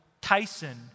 Tyson